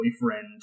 boyfriend